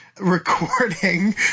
recording